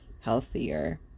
healthier